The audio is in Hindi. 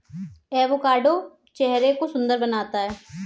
एवोकाडो चेहरे को सुंदर बनाता है